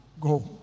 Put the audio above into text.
go